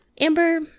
Amber